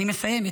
אני מסיימת,